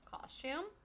costume